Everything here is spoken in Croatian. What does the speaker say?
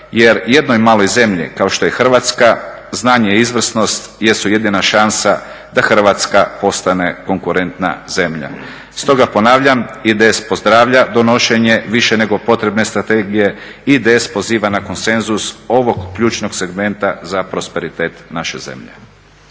jer jednoj maloj zemlji kao što je Hrvatska znanje i izvrsnost jesu jedina šansa da Hrvatska postane konkurentna zemlja. Stoga ponavljam, IDS pozdravlja donošenje više nego potrebne strategije, IDS poziva na konsenzus ovog ključnog segmenta za prosperitet naše zemlje.